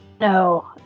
No